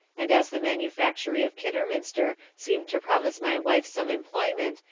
and as the manufactory of kidderminster seemed to promise my wife some employment,